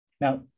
Now